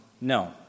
No